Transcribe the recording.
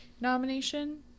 nomination